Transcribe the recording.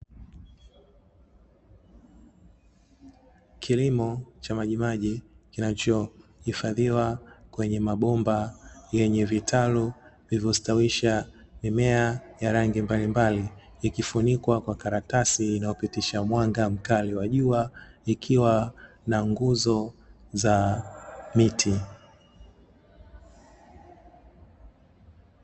Kilimo cha majimaji kinachohifadhiwa kwenye mabomba yenye vitalu vilivyostawisha mimea ya rangi mbalimbali, ikifunikwa kwa karatasi inayopitisha mwanga mkali wa jua ikiwa na nguzo za miti.